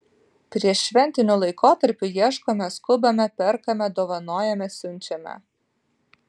prieššventiniu laikotarpiu ieškome skubame perkame dovanojame siunčiame